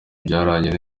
byagaragajwe